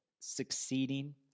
succeeding